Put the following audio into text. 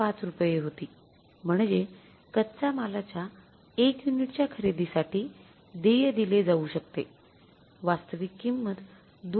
५ रुपये होती म्हणजे कच्च्या मालाच्या १ युनिटच्या खरेदीसाठी देय दिले जाऊ शकते वास्तविक किंमत २